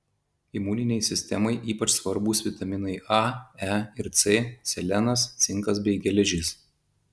imuninei sistemai ypač svarbūs vitaminai a e ir c selenas cinkas bei geležis